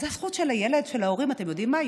זו הזכות של הילד, של ההורים, אתם יודעים מה?